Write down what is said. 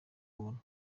buntu